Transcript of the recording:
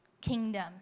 kingdom